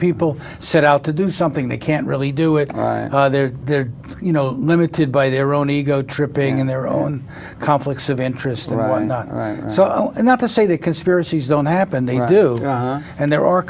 people set out to do something they can't really do it they're there you know limited by their own ego tripping in their own conflicts of interest so and not to say that conspiracies don't happen they do and there are